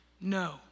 no